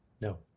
No